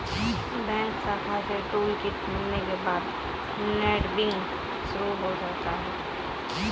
bank शाखा से toolkit मिलने के बाद नेटबैंकिंग शुरू कर सकते है